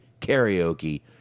karaoke